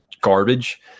garbage